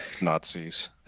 Nazis